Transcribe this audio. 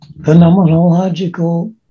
phenomenological